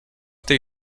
tej